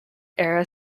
era